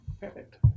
Perfect